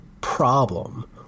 problem